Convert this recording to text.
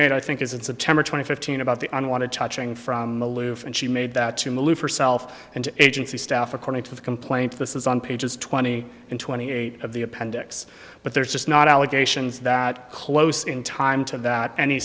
made i think is in september twenty fifteen about the un wanted touching from the loop and she made that to maloof herself and agency staff according to the complaint this is on pages twenty and twenty eight of the appendix but there's just not allegations that close in time to that any